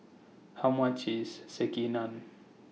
How much IS Sekihan